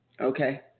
Okay